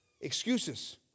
Excuses